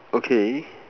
okay